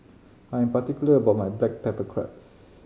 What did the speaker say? I am particular about my black pepper crab